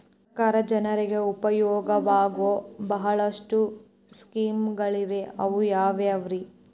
ಸರ್ಕಾರ ಜನರಿಗೆ ಉಪಯೋಗವಾಗೋ ಬಹಳಷ್ಟು ಸ್ಕೇಮುಗಳಿವೆ ಅವು ಯಾವ್ಯಾವ್ರಿ?